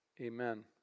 Amen